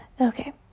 Okay